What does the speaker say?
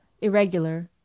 irregular